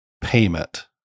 payment